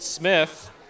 Smith